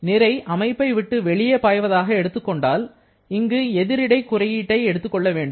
நிறை அமைப்பை விட்டு வெளியே பாய்வதாக எடுத்துக்கொண்டால் இங்கு எதிரிடை குறியீட்டை எடுத்துக்கொள்ள வேண்டும்